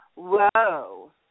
whoa